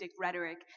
rhetoric